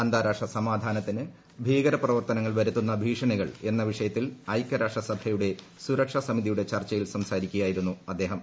അന്താരാഷ്ട്ര സമാധാനത്തിന് ഭീകര പ്രവർത്തനങ്ങൾ വരുത്തുന്ന ഭീഷണികൾ എന്ന വിഷയത്തിൽ ഐക്യരാഷ്ട്രസഭയുടെ സുരക്ഷാസമിതി യുടെ ചർച്ചയിൽ സംസാരിക്കുകയായിരുന്നു അദ്ദേഹം